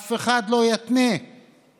אף אחד לא יתנה זכויות